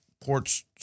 ports